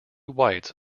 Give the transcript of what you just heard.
whites